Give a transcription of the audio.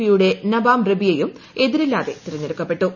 P യുടെ നബാം റബിയയും എതിരില്ലാതെ തീരഞ്ഞെടുക്കപ്പെട്ടു